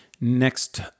next